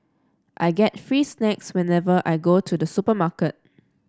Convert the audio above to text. I get free snacks whenever I go to the supermarket